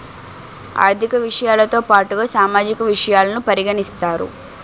ఆర్థిక విషయాలతో పాటుగా సామాజిక విషయాలను పరిగణిస్తారు